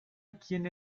quién